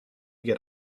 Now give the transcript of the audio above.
get